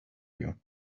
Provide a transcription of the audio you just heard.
you